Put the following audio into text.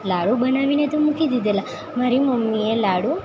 લાડુ બનાવીને તો મૂકી દીધેલા મારી મમ્મીએ લાડુ